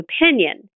opinion